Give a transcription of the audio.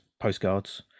postcards